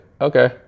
okay